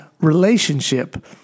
relationship